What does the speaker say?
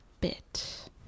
bit